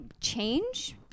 change